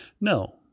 No